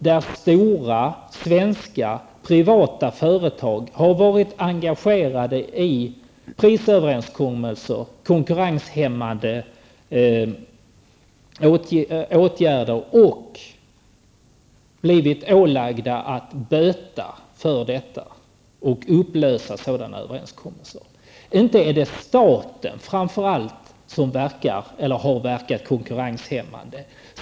Där har stora svenska privata företag varit engagerade i prisöverenskommeler -- konkurrenshämmade åtgärder -- och blivit ålagda att böta för detta och upplösa sådana överenskommelser. Inte är det framför allt staten som har verkat konkurrenshämmade.